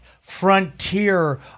frontier